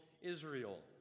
Israel